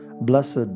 blessed